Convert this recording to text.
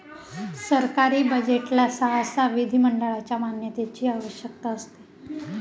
सरकारी बजेटला सहसा विधिमंडळाच्या मान्यतेची आवश्यकता असते